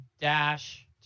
dash